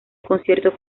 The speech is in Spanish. concierto